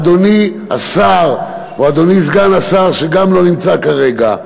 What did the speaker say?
אדוני השר או אדוני סגן השר, שגם לא נמצא כרגע?